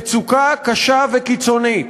מצוקה קשה וקיצונית.